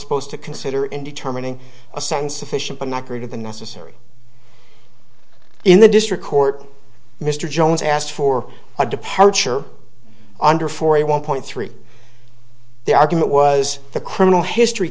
supposed to consider in determining a sense official but not greater than necessary in the district court mr jones asked for a departure under forty one point three the argument was the criminal history